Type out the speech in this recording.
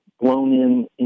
blown-in